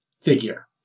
figure